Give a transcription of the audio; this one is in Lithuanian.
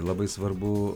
labai svarbu